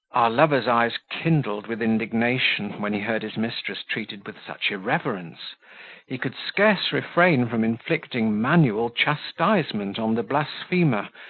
lover's eyes kindled with indignation, when he heard his mistress treated with such irreverence he could scarce refrain from inflicting manual chastisement on the blasphemer,